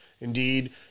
indeed